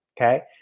okay